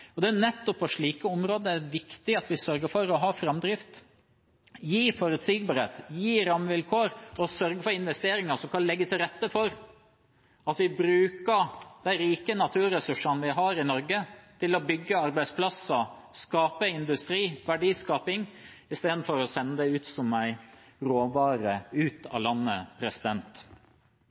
Det er nettopp på slike områder viktig at vi sørger for å ha framdrift, gi forutsigbarhet og gi rammevilkår for å sørge for investeringer som kan legge til rette for at vi bruker de rike naturressursene vi har i Norge, til å bygge arbeidsplasser, skape industri – verdiskaping – i stedet for å sende dem ut av landet som en råvare.